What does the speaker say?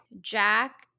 Jack